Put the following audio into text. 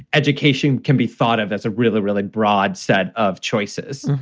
education can be thought of as a really, really broad set of choices